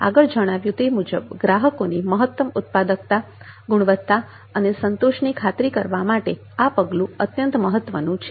આગળ જણાવ્યું તે મુજબ ગ્રાહકોની મહત્તમ ઉત્પાદકતા ગુણવત્તા અને સંતોષની ખાતરી કરવા માટે આ પગલું અત્યંત મહત્વનું છે